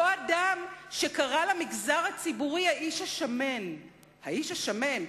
אותו אדם שקרא למגזר הציבורי "האיש השמן" "האיש השמן",